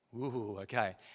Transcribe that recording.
okay